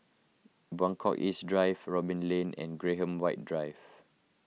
Buangkok East Drive Robin Lane and Graham White Drive